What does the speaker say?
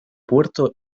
puerto